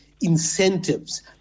incentives